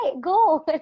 go